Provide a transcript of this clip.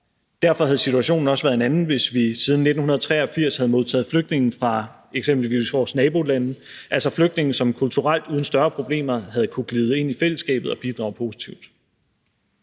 Derfor havde situationen også været en anden, hvis vi siden 1983 havde modtaget flygtninge fra eksempelvis vores nabolande, altså flygtninge, som kulturelt uden større problemer havde kunnet glide ind i fællesskabet og bidrage positivt.